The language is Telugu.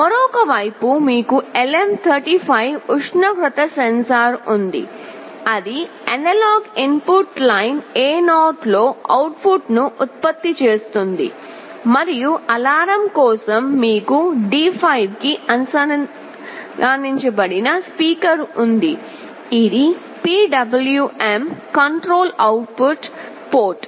మరొక వైపు మీకు LM35 ఉష్ణోగ్రత సెన్సార్ ఉంది అది అనలాగ్ ఇన్పుట్ లైన్ A0 లో అవుట్పుట్ ను ఉత్పత్తి చేస్తుంది మరియు అలారం కోసం మీకు D5 కి అనుసంధానించబడిన స్పీకర్ ఉంది ఇది PWM control output port